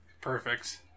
Perfect